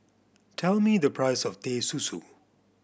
tell me the price of Teh Susu